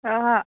ओहो